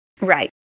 Right